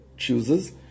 chooses